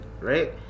right